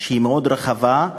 שהיא רחבה מאוד,